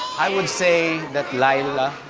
i would say that leila,